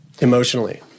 emotionally